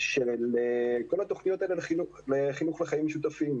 של כל התוכניות האלה לחינוך לחיים משותפים.